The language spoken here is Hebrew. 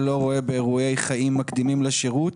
לא רואה באירועי חיים מקדימים לשירות